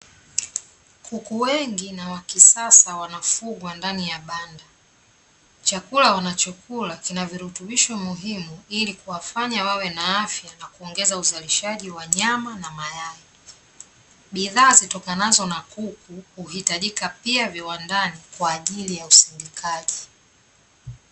Kuku wengi na wa kisasa wanafugwa ndani ya banda. Chakula wanachokula kina virutubisho muhimu, ili kuwafanya wawe na afya, na kuongeza uzalishaji wa nyama na mayai. Bidhaa zitokanazo na kuku huhitajika pia viwandani, kwaajili ya usindikaji.